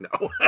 No